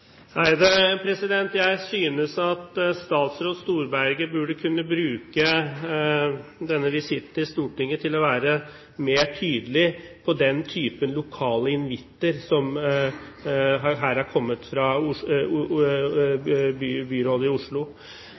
Jeg synes at statsråd Storberget burde kunne bruke denne visitt til Stortinget til å være mer tydelig på den type lokale invitter som her har kommet fra byrådet i Oslo.